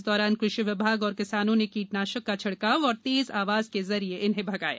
इस दौरान कृषि विभाग और किसानों ने कीटनाशक का छिड़काव और तेज आवाज के जरिये इन्हें भेगाया